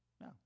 No